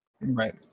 Right